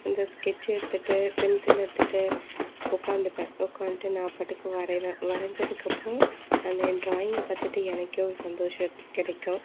வந்து ஸ்கெட்ச் எடுத்துகிட்டு பென்சில் எடுத்துகிட்டு உட்காந்துப்பேன் உட்கான்ட்டு நான் பாட்டுக்கு வரயிவேன் வரஞ்சதுக்கு அப்புறோம் அன்னய ட்ராயிங்கை பார்த்துட்டு எனக்கே ஒரு சந்தோஷம் கிடைக்கும்